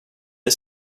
att